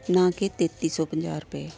ਨਾ ਕਿ ਤੇਤੀ ਸੌ ਪੰਜਾਹ ਰੁਪਏ